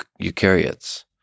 eukaryotes